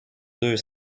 deux